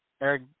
Eric